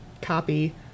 copy